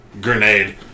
grenade